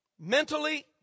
mentally